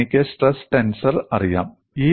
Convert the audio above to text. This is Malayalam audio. ഇപ്പോൾ എനിക്ക് സ്ട്രെസ് ടെൻസർ അറിയാം